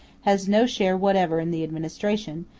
has no share whatever in the administration,